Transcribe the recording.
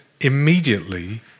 immediately